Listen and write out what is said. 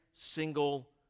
single